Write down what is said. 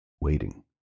waiting